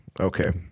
okay